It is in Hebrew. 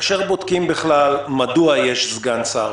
כאשר בודקים בכלל מדוע יש סגן שר,